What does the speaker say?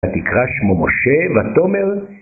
התקרא שמו משה ותאמר